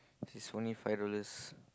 this is only five dollars